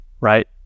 right